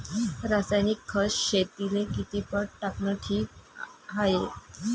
रासायनिक खत शेतीले किती पट टाकनं ठीक हाये?